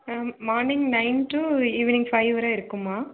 ah morning nine to evening five வர இருக்கும்மா